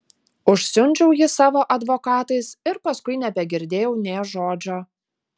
užsiundžiau jį savo advokatais ir paskui nebegirdėjau nė žodžio